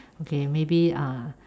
okay maybe uh